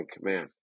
man